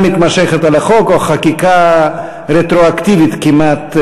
מתמשכת על החוק או חקיקה רטרואקטיבית כמעט.